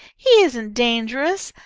he isn't dangerous.